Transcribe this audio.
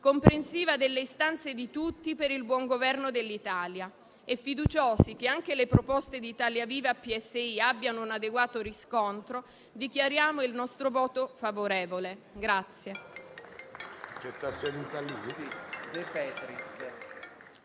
comprensiva delle istanze di tutti per il buon governo dell'Italia, e fiduciosi che anche le proposte di Italia Viva-PSI abbiano un adeguato riscontro, dichiariamo il nostro voto favorevole.